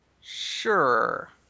Sure